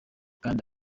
kandi